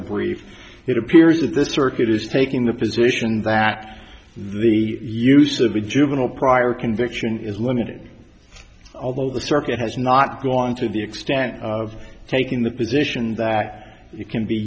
brief it appears that this circuit is taking the position that the use of a juvenile prior conviction is limited although the circuit has not gone to the extent of taking the position that you can be